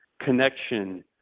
connection